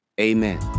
Amen